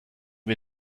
wir